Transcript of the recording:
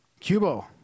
Cubo